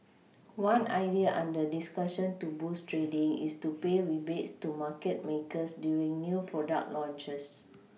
one idea under discussion to boost trading is to pay rebates to market makers during new product launches